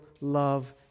love